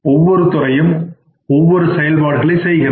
ஒவ்வொரு துறையும் ஒவ்வொரு செயல்பாடுகளை செய்கின்றது